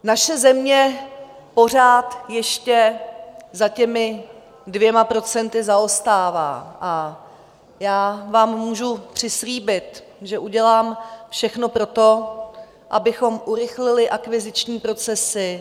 Naše země pořád ještě za těmi 2 % zaostává a já vám můžu přislíbit, že udělám všechno pro to, abychom urychlili akviziční procesy.